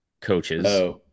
coaches